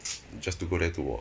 just to go there to walk